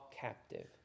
captive